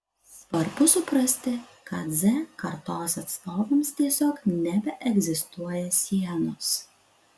svarbu suprasti kad z kartos atstovams tiesiog nebeegzistuoja sienos